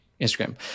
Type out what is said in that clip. Instagram